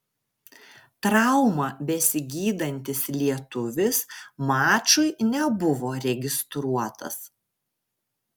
traumą besigydantis lietuvis mačui nebuvo registruotas